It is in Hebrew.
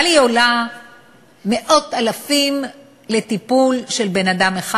אבל היא עולה מאות אלפים לטיפול של בן-אדם אחד.